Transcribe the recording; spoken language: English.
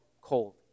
cold